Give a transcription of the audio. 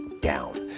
down